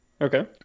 okay